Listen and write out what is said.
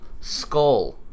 Skull